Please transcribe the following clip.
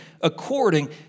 according